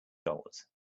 dollars